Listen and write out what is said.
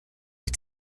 wyt